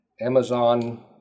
Amazon